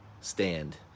stand